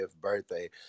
birthday